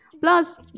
plus